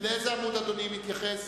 לאיזה עמוד אדוני מתייחס?